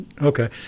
Okay